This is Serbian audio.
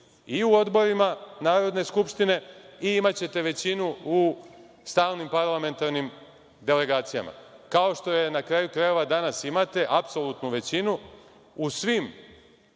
i u odborima Narodne skupštine i imaćete većinu u stalnim parlamentarnim delegacijama, kao što je, na kraju krajeva, danas imate, apsolutnu većinu u svim